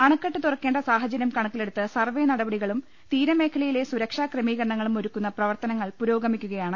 അണക്കെട്ട് തുറക്കേണ്ട സാഹചര്യം കണക്കിലെടുത്ത് സർവേനടപടികളും തീരമേഖലയിലെ സുരക്ഷാക്രമീകരണങ്ങളും ഒരുക്കുന്ന പ്രവർത്തനങ്ങൾ പുരോഗമിക്കുകയാണ്